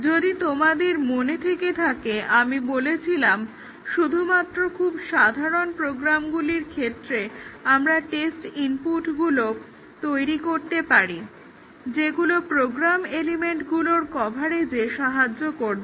যদি তোমাদের মনে থেকে থাকে আমরা বলেছিলাম শুধুমাত্র খুব সাধারন প্রোগ্রামগুলির ক্ষেত্রে আমরা টেস্ট ইনপুটগুলো তৈরি করতে পারি যেগুলো প্রোগ্রাম এলিমেন্টগুলোর কভারেজে সাহায্য করবে